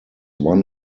one